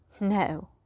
no